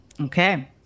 Okay